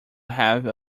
have